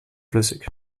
flüssig